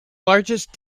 largest